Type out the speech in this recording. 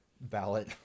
ballot